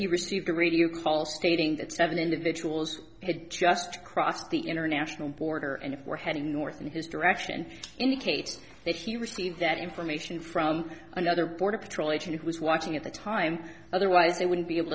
he received a radio call stating that seven individuals had just crossed the international border and if were heading north in his direction indicates that he received that information from another border patrol agent who was watching at the time otherwise they wouldn't be able